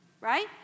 right